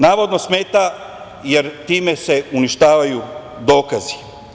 Navodno smeta jer se time uništavaju dokazi.